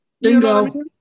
Bingo